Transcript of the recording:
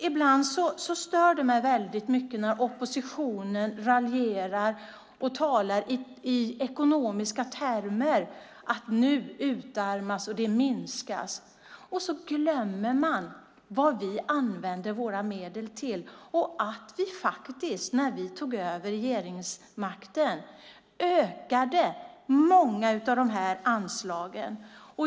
Ibland stör det mig väldigt mycket när oppositionen raljerar och talar i ekonomiska termer om att nu utarmas det och minskas, och så glömmer man vad vi använder våra medel till och att vi faktiskt när vi tog över regeringsmakten ökade många av de här anslagen.